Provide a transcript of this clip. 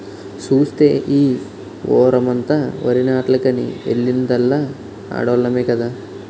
సూస్తే ఈ వోరమంతా వరినాట్లకని ఎల్లిందల్లా ఆడోల్లమే కదా